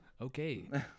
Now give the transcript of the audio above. Okay